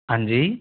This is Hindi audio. हाँ जी